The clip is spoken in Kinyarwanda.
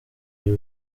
uyu